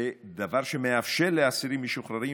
דבר שמאפשר לאסירים משוחררים